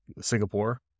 Singapore